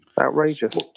Outrageous